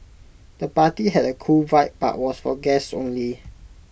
the party had A cool vibe but was for guests only